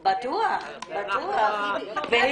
135) (פרסום פרטיו של נפגע או מתלונן בעבירת מין),